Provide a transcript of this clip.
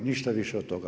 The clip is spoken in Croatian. Ništa više od toga.